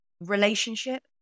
relationship